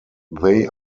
they